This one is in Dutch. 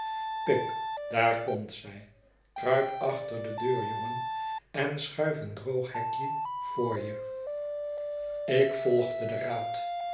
pip daar komt zij kruip achter de deur jongen en schuif het drooghekje voor jel ik volgde dien raacl